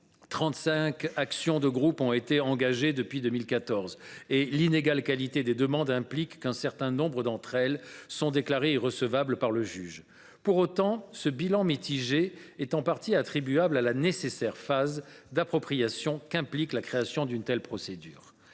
actions de groupe ont été engagées depuis 2014, et l’inégale qualité des demandes a eu pour effet qu’un certain nombre d’entre elles ont été déclarées irrecevables par le juge. Pour autant, ce bilan mitigé peut en partie être attribué à la nécessaire phase d’appropriation qu’implique la création d’une telle procédure.